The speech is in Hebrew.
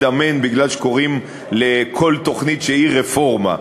אמן בגלל שקוראים לכל תוכנית שהיא "רפורמה".